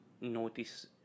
notice